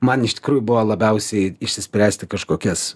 man iš tikrųjų buvo labiausiai išsispręsti kažkokias